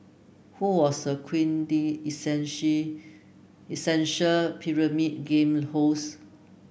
who was the essential Pyramid Game host